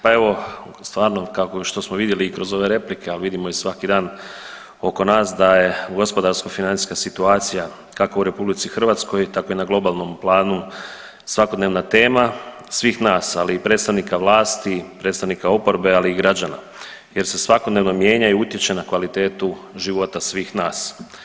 Pa evo stvarno kao što smo vidjeli i kroz ove replike, ali vidimo i svaki dan oko nas da je gospodarsko financijska situacija kako u RH tako i na globalnom planu svakodnevna tema svih nas, ali i predstavnik vlasti, predstavnika oporbe, ali i građana jer se svakodnevno mijenja i utječe na kvalitetu života svih nas.